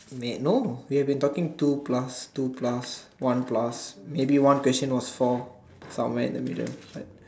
wait no we have been talking two plus two plus one plus maybe one question was four somewhere in the middle but